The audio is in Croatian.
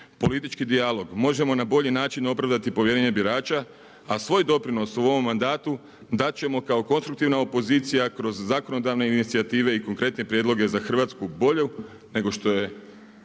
politički dijalog, možemo na bolji način opravdati povjerenje birača, a svoj doprinos u ovom mandatu dat ćemo kao konstruktivna opozicija kroz zakonodavne inicijative i konkretne prijedlogu za Hrvatsku bolju nego što je